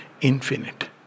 infinite